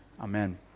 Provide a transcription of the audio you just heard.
Amen